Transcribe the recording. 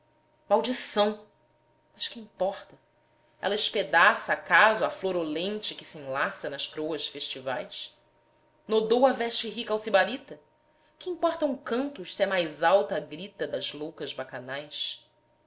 maldição mas que importa ela espedaça acaso a flor olente que se enlaça nas c'roas festivais nodoa a veste rica ao sibarita que importam cantos se é mais alta a grita das loucas bacanais